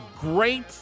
great